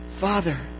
Father